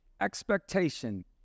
Expectation